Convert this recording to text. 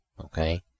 okay